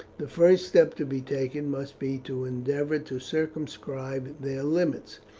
the first step to be taken must be to endeavour to circumscribe their limits.